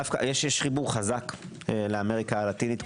יש חיבור חזק לאמריקה הלטינית.